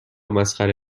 مسخره